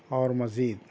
اور مزید